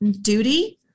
duty